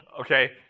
okay